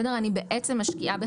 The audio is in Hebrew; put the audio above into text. אני בעצם משקיעה בך.